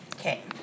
Okay